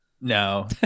No